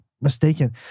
mistaken